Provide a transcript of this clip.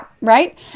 right